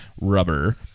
rubber